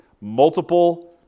multiple